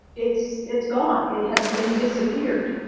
it's it's gone. it has been disappeared